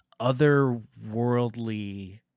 otherworldly